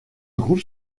groupe